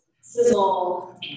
sizzle